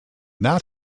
not